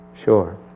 Sure